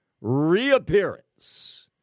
reappearance